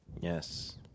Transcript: Yes